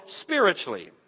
spiritually